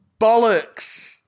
Bollocks